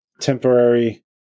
temporary